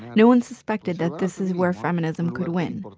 no one suspected that this is where feminism could win.